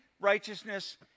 righteousness